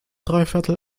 dreiviertel